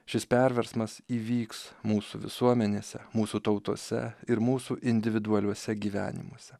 šis perversmas įvyks mūsų visuomenėse mūsų tautose ir mūsų individualiuose gyvenimuose